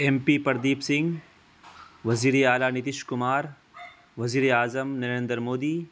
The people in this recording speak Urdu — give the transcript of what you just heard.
ایم پی پردیپ سنگھ وزیرعلیٰ نتیش کمار وزیر اعظم نریندر مودی